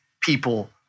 people